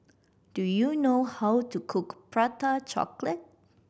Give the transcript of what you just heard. do you know how to cook Prata Chocolate